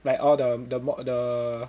like all the the